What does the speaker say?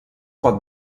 pot